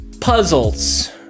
puzzles